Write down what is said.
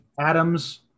Adams